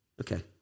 Okay